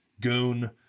goon